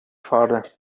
further